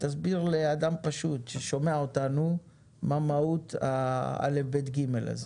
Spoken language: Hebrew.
תסביר לאדם פשוט ששומע אותנו מה מהות הא'-ב'-ג' הזה.